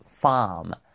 farm